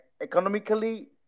economically